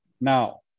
Now